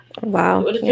Wow